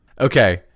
Okay